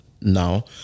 now